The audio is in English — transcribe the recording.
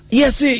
yes